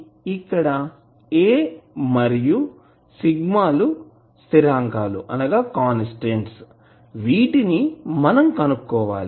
కాబట్టి ఇక్కడ A మరియు σ లు స్థిరాంకాలు కాన్స్టాంట్constant వీటిని మనం కనుక్కోవాలి